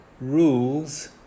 rules